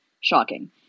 shocking